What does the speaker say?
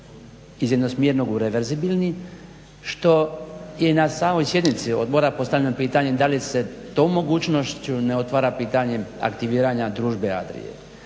iz jednosmjernog u reverzibilni što je i na samoj sjednici odbora postavljeno pitanje da li se tom mogućnošću ne otvara pitanje aktiviranja družbe ADRIA-e.